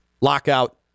lockout